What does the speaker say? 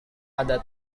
ada